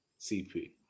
CP